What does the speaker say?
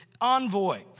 envoy